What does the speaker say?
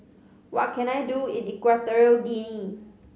what can I do in Equatorial Guinea